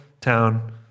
town